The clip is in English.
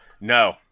No